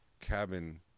cabin